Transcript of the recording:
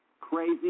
crazy